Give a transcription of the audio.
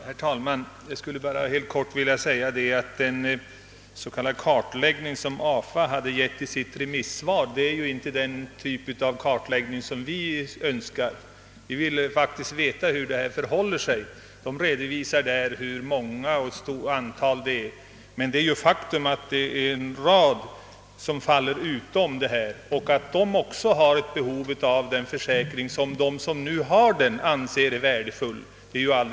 Herr talman! Jag skulle bara helt kort vilja understryka att den s.k. kartläggning som AFA redovisat i sitt remissvar inte är en kartläggning av den typ som vi önskar. Vi vill få reda på de verkliga förhållandena på detta område. AFA redovisar hur stort antal som redan omfattas av grupplivförsäkringar, men det är ett faktum att en rad grupper falier utanför detta skydd, och även de har ett behov av denna försäkringsform. De som nu omfattas av denna anser otvetydigt att den är värdefull.